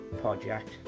project